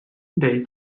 they